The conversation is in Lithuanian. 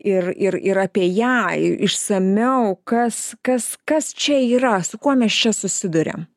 ir ir ir apie ją išsamiau kas kas kas čia yra su kuo mes čia susiduriam